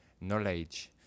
knowledge